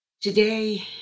Today